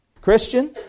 Christian